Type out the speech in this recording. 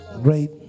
great